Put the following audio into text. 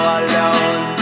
alone